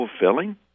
fulfilling